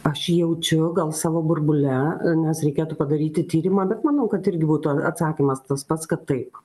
aš jaučiu gal savo burbule nes reikėtų padaryti tyrimą bet manau kad irgi būtų atsakymas tas pats kad taip